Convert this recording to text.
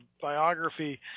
biography